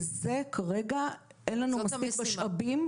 ולזה כרגע אין לנו מספיק משאבים.